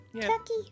turkey